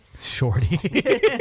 Shorty